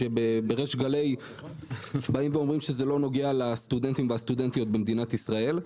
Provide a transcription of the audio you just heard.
אבל בריש גליה אומרים שזה לא נוגע לסטודנטים ולסטודנטיות במדינת ישראל.